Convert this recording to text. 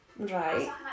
Right